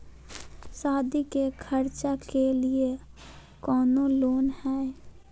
सादी के खर्चा के लिए कौनो लोन है?